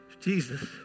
Jesus